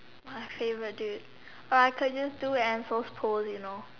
my favourite dude but I could just do and also post you know